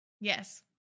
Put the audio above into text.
yes